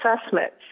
assessment